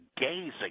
gazing